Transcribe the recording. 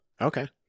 Okay